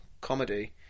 comedy